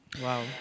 Wow